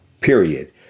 period